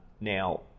Now